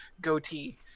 goatee